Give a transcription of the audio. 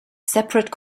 separate